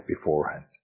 beforehand